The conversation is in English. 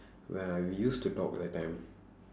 ya we used to talk that time